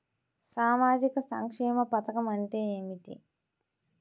సామాజిక సంక్షేమ పథకం అంటే ఏమిటి?